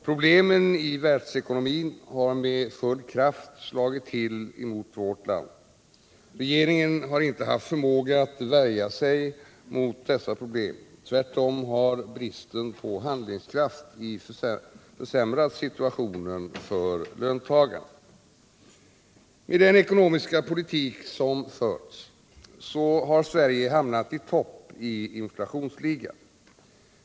Problemen i världsekonomin har med full kraft slagit till mot vårt land. Regeringen har inte haft förmåga att värja sig mot detta problem; tvärtom har bristen på handlingskraft försämrat situationen för löntagarna. Med den ekonomiska politik som förts har Sverige hamnat i topp i inflationsligan.